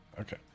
Okay